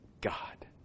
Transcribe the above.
God